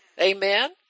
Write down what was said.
Amen